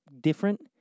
different